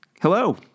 Hello